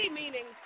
meaning